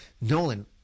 Nolan